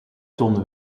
toonde